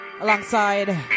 alongside